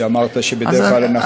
שאמרת שבדרך כלל אנחנו,